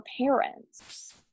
parents